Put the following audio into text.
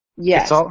Yes